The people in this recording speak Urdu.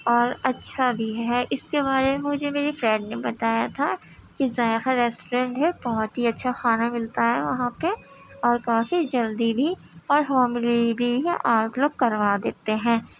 اور اچھا بھی ہے اس کے بارے میں مجھے میری فرینڈ نے بتایا تھا کہ ذائقہ ریسٹورنٹ ہے بہت ہی اچھا کھانا ملتا ہے وہاں پہ اور کافی جلدی بھی اور ہوم ڈلیوری ہے آپ لوگ کروا دیتے ہیں